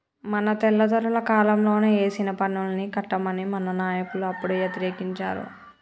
మన తెల్లదొరల కాలంలోనే ఏసిన పన్నుల్ని కట్టమని మన నాయకులు అప్పుడే యతిరేకించారు